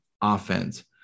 offense